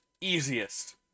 Easiest